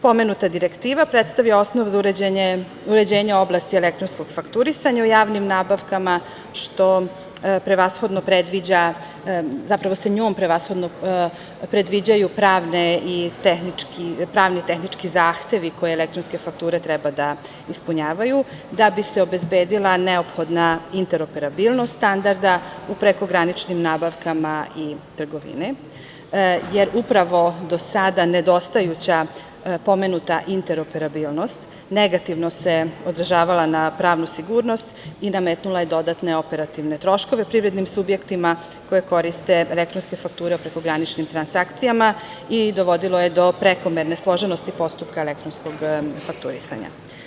Pomenuta direktiva predstavlja osnov za uređenje oblasti elektronskog fakturisanja u javnim nabavkama, što prevashodno predviđa pravne i tehničke zahteve koje elektronske fakture treba da ispunjavaju da bi se obezbedila neophodna interoperabilnost standarda u prekograničnim nabavkama i trgovini, jer upravo do sada nedostajuća pomenuta interoperabilnost negativno se odražavala na pravnu sigurnost i nametnula je dodatne operativne troškove privrednim subjektima koje koriste elektronske fakture o prekograničnim transakcijama i dovodilo je do prekomerne složenosti postupka elektronskog fakturisanja.